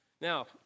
now